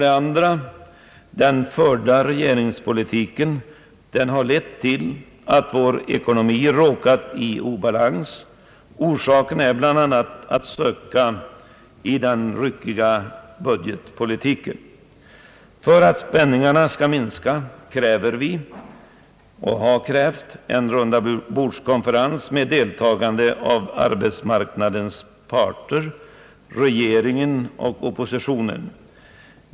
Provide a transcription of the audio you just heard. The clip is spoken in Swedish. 2) Den förda regeringspolitiken har lett till att vår ekonomi råkat i obalans. Orsaken är bl.a. att söka i den ryckiga budgetpolitiken, För att spänningarna skall minska kräver vi — och har vi krävt — en rundabordskonferens med deltagande av arbetsmarknadens parter, regeringen och oppositionen.